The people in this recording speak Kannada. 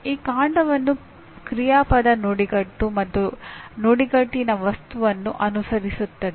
ಈ ಕಾಂಡವನ್ನು ಕ್ರಿಯಾಪದ ನುಡಿಗಟ್ಟು ಮತ್ತು ನುಡಿಗಟ್ಟಿನ ವಸ್ತುವನ್ನು ಅನುಸರಿಸುತ್ತದೆ